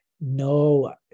no